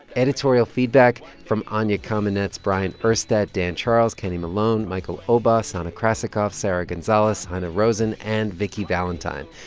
editorial feedback from anya kamenetz, bryant urstadt, dan charles, kenny malone, michael oba, sana krasikov, sarah gonzalez, hanna rosin and vikki valentine.